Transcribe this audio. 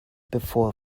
before